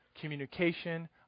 communication